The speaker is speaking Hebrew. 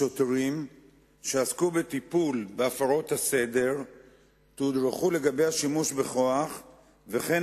השוטרים שעסקו בטיפול בהפרות הסדר תודרכו לגבי השימוש בכוח ולכן